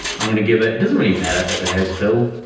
i'm going to give it, it doesn't really matter if it has fill.